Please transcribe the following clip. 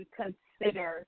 consider